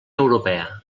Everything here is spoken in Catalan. europea